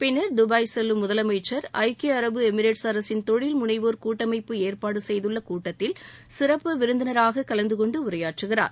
பின்னர் துபாய் செல்லும் முதலமைச்சர் ஐக்கிய அரபு எமிரேட்ஸ் அரசின் தொழில் முனைவோர் கூட்டமைப்பு ஏற்பாடு செய்துள்ள கூட்டத்தில் சிறப்பு விருந்தினராக கலந்து கொண்டு உரையாற்றுகிறார்